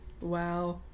Wow